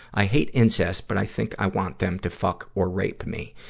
i hate incest, but i think i want them to fuck or rape me.